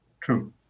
True